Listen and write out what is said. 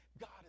God